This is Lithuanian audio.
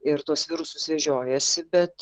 ir tuos virusus vežiojasi bet